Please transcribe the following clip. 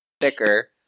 thicker